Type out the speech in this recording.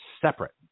separate